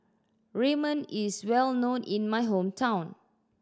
ramen is well known in my hometown